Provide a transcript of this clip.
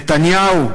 נתניהו,